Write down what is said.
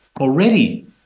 already